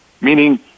meaning